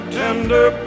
tender